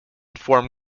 form